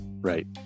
Right